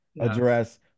address